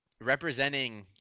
representing